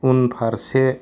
उनफारसे